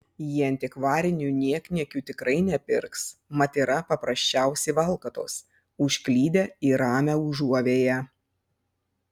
jie antikvarinių niekniekių tikrai nepirks mat yra paprasčiausi valkatos užklydę į ramią užuovėją